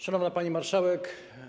Szanowna Pani Marszałek!